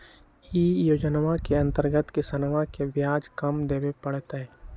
ई योजनवा के अंतर्गत किसनवन के ब्याज कम देवे पड़ तय